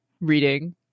reading